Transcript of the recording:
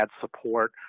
support